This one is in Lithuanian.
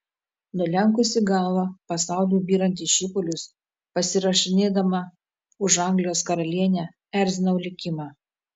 nulenkusi galvą pasauliui byrant į šipulius pasirašinėdama už anglijos karalienę erzinau likimą